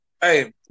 Hey